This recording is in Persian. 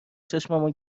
چشامو